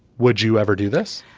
would you ever do this?